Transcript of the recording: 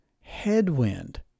headwind